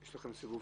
יש לכם כמה וכמה